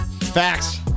facts